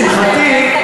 לשמחתי,